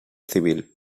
civil